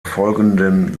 folgenden